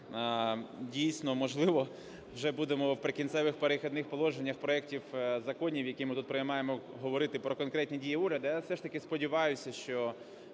Дійсно, можливо, вже будемо в "Прикінцевих та перехідних положеннях" проектів законів, які ми тут приймаємо, говорити про конкретні дії уряду. Але я все ж таки сподіваюся, що